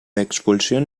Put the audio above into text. expulsión